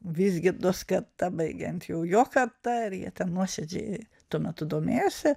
vizgirdos karta baigiant jau jo karta ir jie ten nuoširdžiai tuo metu domėjosi